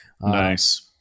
Nice